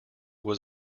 was